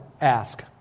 ask